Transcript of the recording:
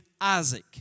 Isaac